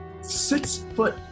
six-foot